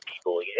people